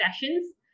sessions